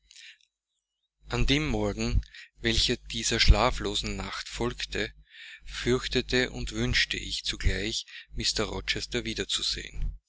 an dem morgen welcher dieser schlaflosen nacht folgte fürchtete und wünschte ich zugleich mr rochester wiederzusehen